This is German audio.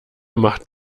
macht